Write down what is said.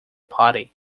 party